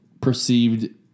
perceived